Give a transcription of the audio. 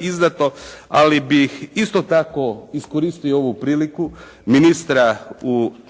izdato, ali bi isto tako iskoristio ovu priliku ministra u klupama